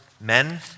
men